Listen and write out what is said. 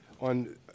on